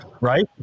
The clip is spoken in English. right